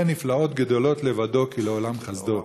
נפלאות גדֹלות לבדו כי לעולם חסדו"